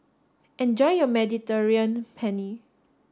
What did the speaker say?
enjoy your Mediterranean Penne